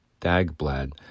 Dagblad